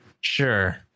Sure